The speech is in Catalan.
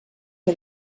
que